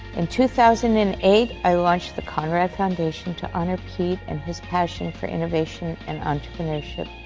in two thousand and eight, i launched the conrad foundation to honor pete and his passion for innovation and entrepreneurship.